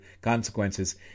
Consequences